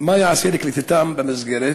מה ייעשה לקליטתם במסגרת?